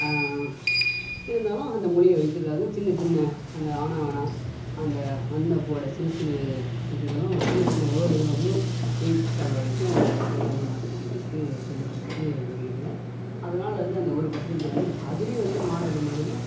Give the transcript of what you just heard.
இருந்தாலும் அந்த மொழியை வைத்திருக்காங்க சின்ன சின்ன அந்த ஆனால் ஆவன்னா அந்த அந்த போல சிறு சிறு இதுகளும் சின்ன சின்ன வேர்டுகளும் வந்து எய்த் ஸ்டாண்டர்ட் வரைக்கும் அதுக்குனு தனி ஆசிரியர்கள் வைத்து சொல்லி கொடுத்து வருகின்றனர் அதனால வந்து அந்த ஒரு பர்சென்டேஜ் வந்து அதுலேயும் வந்து மாணவர்கள் முதல்ல